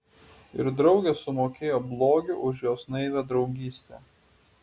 ir draugė sumokėjo blogiu už jos naivią draugystę